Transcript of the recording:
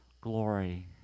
glory